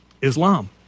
Islam